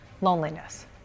loneliness